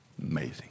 amazing